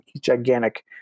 gigantic